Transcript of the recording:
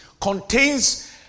contains